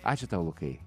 ačiū tau lukai